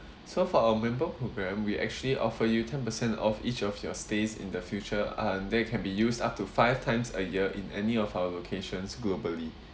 so for our member program we actually offer you ten percent off each of your stays in the future and they can be used up to five times a year in any of our locations globally